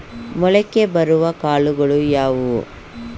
ಮೊಳಕೆ ಬರುವ ಕಾಳುಗಳು ಯಾವುವು?